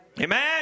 Amen